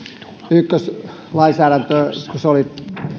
ykköslainsäädäntöön kun se oli